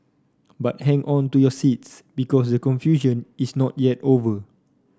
but hang on to your seats because the confusion is not yet over